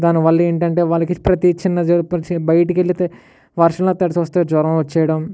దానివల్ల ఏమిటంటే ప్రతి చిన్న దానికి బయటికి వెళ్తే వర్షంలో తడిసి వస్తే జ్వరం వచ్చేయడం